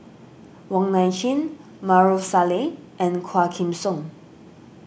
Wong Nai Chin Maarof Salleh and Quah Kim Song